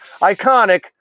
iconic